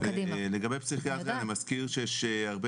לגבי פסיכיאטריה אני מזכיר שיש הרבה